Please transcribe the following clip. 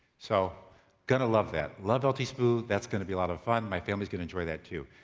so gonna love that. love lt smooth, that's gonna be a lot of fun, my family is gonna enjoy that too.